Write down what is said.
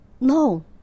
no